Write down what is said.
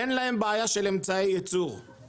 אין להם בעיה של אמצעי ייצור,